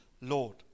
Lord